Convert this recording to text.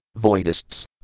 voidists